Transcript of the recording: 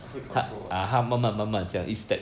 她会 control ah